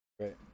Right